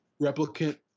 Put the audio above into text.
replicant